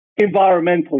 environmentally